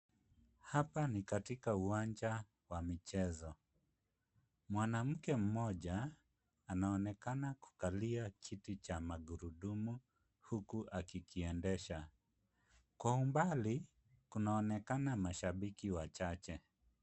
Hapa ni katika uwanja wa michezo. Mwanamke mmoja anaonekana kukalia kiti cha magurudumu huku akikiendesha. Kwa umbali kunaonekana mashabiki wachache.